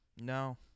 No